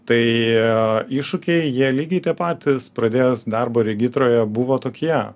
tai iššūkiai jie lygiai taip pat pradėjus darbo regitroje buvo tokie